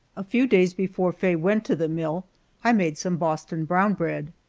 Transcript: a few days before faye went to the mill i made some boston brown bread.